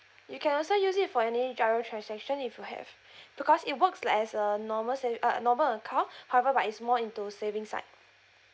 you can also use it for any driver transaction if you have because it works like as a normal saving uh normal account however but is more into saving side